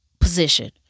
position